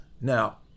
Now